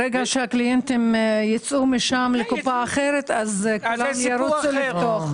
ברגע שהקליינטים יצאו משם לקופה אחרת כולם ירוצו לפתוח.